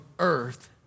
Earth